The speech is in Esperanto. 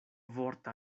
vorta